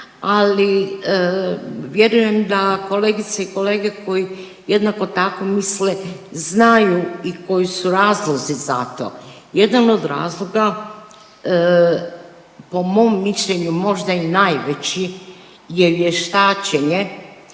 ali vjerujem da kolegice i kolege koje jednako tako misle znaju i koji su razlozi za to. Jedan od razloga po mom mišljenju možda i najveći je vještačenje